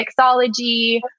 mixology